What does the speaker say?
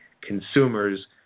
consumers